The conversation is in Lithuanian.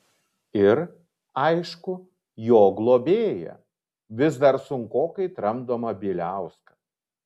ir aišku jo globėją vis dar sunkokai tramdomą bieliauską